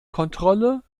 kontrolle